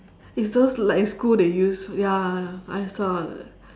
it's those like in school they use ya I saw